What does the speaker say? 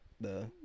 the-